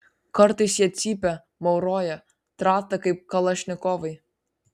kartais jie cypia mauroja trata kaip kalašnikovai